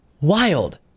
wild